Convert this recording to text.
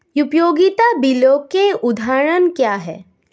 उपयोगिता बिलों के उदाहरण क्या हैं?